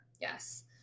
yes